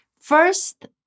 First